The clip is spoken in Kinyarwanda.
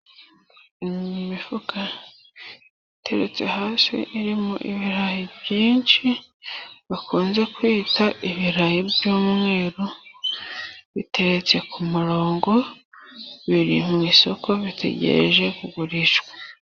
Imifuka iteretse hasi， irimo ibirayi byinshi bakunze kwita ibirayi by'umweru，biteretse ku murongo，biri mu isoko bitegereje kugurishwa.